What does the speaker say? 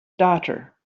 daughter